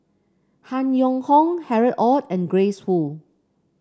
Han Yong Hong Harry Ord and Grace Fu